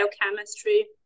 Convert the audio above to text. biochemistry